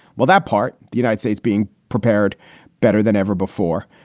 well, that part, the united states being prepared better than ever before.